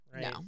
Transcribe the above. No